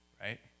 right